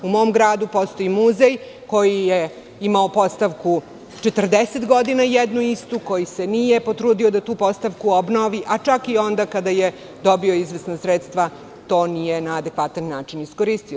U mom gradu postoji muzej koji je imao 40 godina jednu istu postavku, koji se nije potrudio da tu postavku obnovi, čak i onda kada je dobio izvesna sredstva to nije na adekvatan način iskoristio.